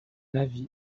avis